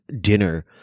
dinner